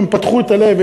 הם פתחו את הלב.